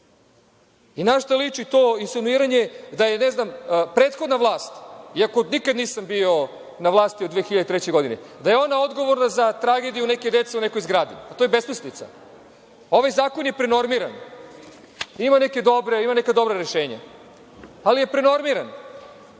Na šta liči to insinuiranje da je prethodna vlast, iako nikad nisam bio na vlasti od 2003. godine, odgovorna za tragediju neke dece u nekoj zgradi? To je besmislica. Ovaj zakon je prenormiran. Ima neka dobra rešenja, ali je prenormiran.